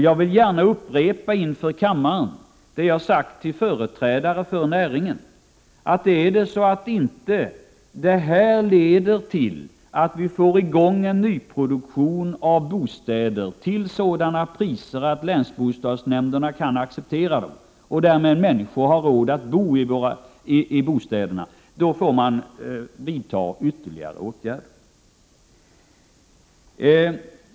Jag vill inför kammaren gärna upprepa det som jag sagt till företrädare för näringen, att om dessa åtgärder inte leder till att vi får i gång en nyproduktion av bostäder till priser som länsbostadsnämnderna kan acceptera och som alltså är sådana att människor har råd att bo i bostäderna, får man vidta ytterligare åtgärder.